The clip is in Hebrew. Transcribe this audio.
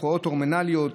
הפרעות הורמונליות,